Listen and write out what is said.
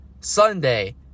Sunday